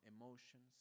emotions